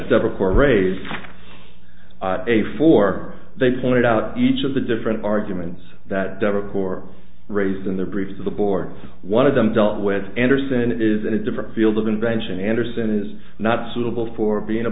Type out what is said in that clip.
several court raised a four they pointed out each of the different arguments that records raised in their briefs of the board one of them dealt with andersen is in a different field of invention andersen is not suitable for being a